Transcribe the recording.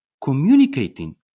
communicating